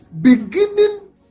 beginning